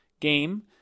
game